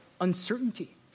uncertainty